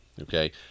okay